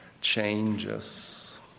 changes